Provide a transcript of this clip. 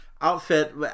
outfit